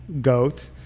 goat